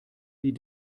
die